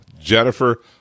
Jennifer